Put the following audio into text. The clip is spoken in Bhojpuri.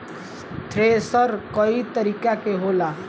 थ्रेशर कई तरीका के होला